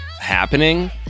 happening